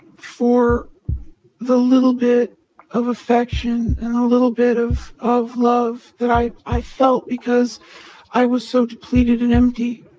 for the little bit of affection and a little bit of of love that i i felt because i was so depleted and empty.